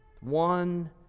One